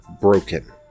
broken